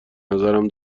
نظرم